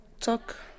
Talk